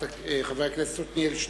חבר הכנסת עתניאל שנלר,